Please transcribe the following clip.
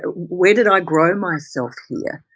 ah where did i grow myself here?